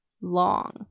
long